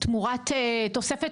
תמורת תוספת